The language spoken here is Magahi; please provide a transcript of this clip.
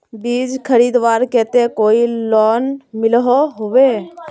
बीज खरीदवार केते कोई लोन मिलोहो होबे?